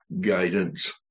guidance